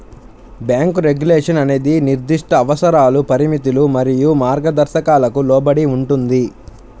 bank regulation అనేది నిర్దిష్ట అవసరాలు, పరిమితులు మరియు మార్గదర్శకాలకు లోబడి ఉంటుంది,